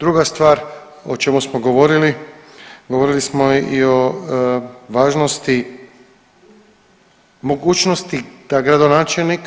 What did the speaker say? Druga stvar o čemu smo govorili, govorili smo i o važnosti, mogućnosti da gradonačelnik,